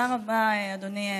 תודה רבה, אדוני.